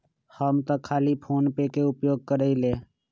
हम तऽ खाली फोनेपे के उपयोग करइले